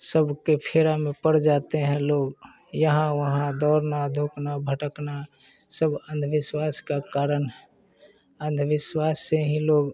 सब के फेरों में पड़ जाते हैं लोग यहाँ वहाँ दौड़ना धूपना भटकना सब अंधविश्वास का कारण अंधविश्वास से हीं लोग